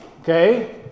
okay